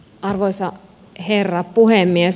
arvoisa herra puhemies